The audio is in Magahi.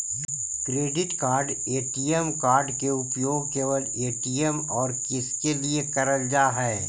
क्रेडिट कार्ड ए.टी.एम कार्ड के उपयोग केवल ए.टी.एम और किसके के लिए करल जा है?